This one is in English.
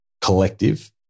collective